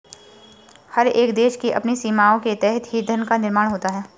हर एक देश की अपनी सीमाओं के तहत ही धन का निर्माण होता है